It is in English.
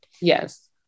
Yes